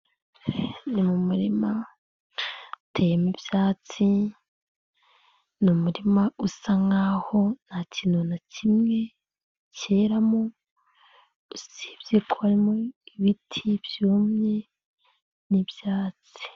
Ni mu murima hateyemo ibyatsi ni umurima usa nk'aho ntakintu na kimwe cyeramo usibye ko urimo ibiti byumye n'ibyatsi.